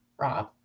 Rob